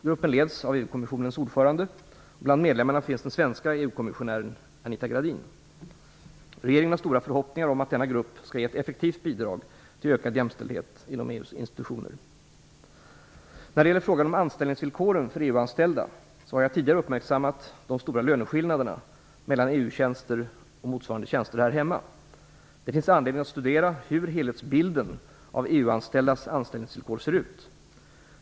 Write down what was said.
Gruppen leds av EU-kommissionens ordförande och bland medlemmarna finns den svenska EU-kommissionären Anita Gradin. Regeringen har stora förhoppningar om att denna grupp skall ge ett effektivt bidrag till ökad jämställdhet inom EU:s institutioner. När det gäller frågan om anställningsvillkoren för EU-anställda har jag tidigare uppmärksammat de stora löneskillnaderna mellan EU-tjänster och motsvarande tjänster här hemma. Det finns anledning att studera hur helhetsbilden av EU-anställdas anställningsvillkor ser ut.